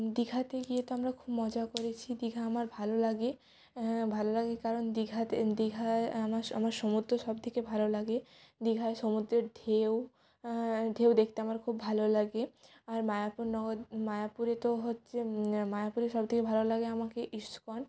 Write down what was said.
দীঘাতে গিয়ে তো আমরা খুব মজা করেছি দীঘা আমার ভালো লাগে ভাল লাগে কারণ দীঘাতে দীঘায় আমা আমার সমুদ্র সব থেকে ভালো লাগে দীঘায় সমুদ্রের ঢেউ ঢেউ দেখতে আমার খুব ভালো লাগে আর মায়াপুর নব মায়াপুরে তো হচ্ছে মায়াপুরে সবথেকে ভালো লাগে আমাকে ইস্কন